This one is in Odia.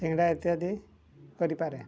ସିଙ୍ଗଡ଼ା ଇତ୍ୟାଦି କରିପାରେ